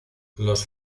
los